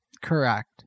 Correct